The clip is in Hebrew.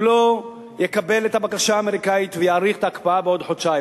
אם לא יקבל את הבקשה האמריקנית ויאריך את ההקפאה בחודשיים.